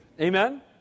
Amen